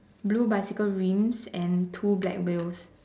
blue bicycle rims and two black wheels